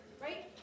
right